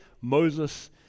Moses